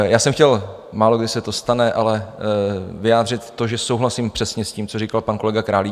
Já jsem chtěl málokdy se to stane ale vyjádřit to, že souhlasím přesně s tím, co říkal pan kolega Králíček.